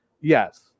Yes